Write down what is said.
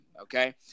okay